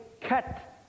cut